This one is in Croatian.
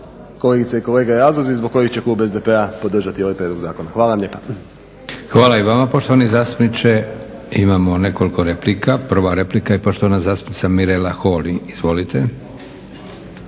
Hvala i vama poštovani zastupniče. Imamo nekoliko replika. Prva replika i poštovana zastupnica Mirela Holy. Izvolite.